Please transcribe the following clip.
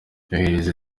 yohereza